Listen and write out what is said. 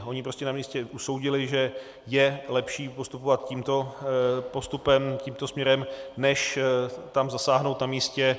Oni prostě na místě usoudili, že je lepší postupovat tímto postupem, tímto směrem, než tam zasáhnout na místě.